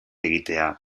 egitea